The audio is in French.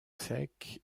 sec